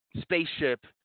spaceship